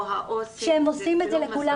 העו"סית ------ שהם עושים את זה לכולם.